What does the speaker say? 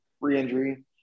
re-injury